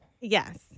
Yes